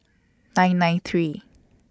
nine nine three